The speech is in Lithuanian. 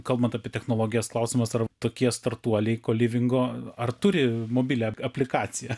kalbant apie technologijas klausimas ar tokie startuoliai kolivingo ar turi mobilią aplikaciją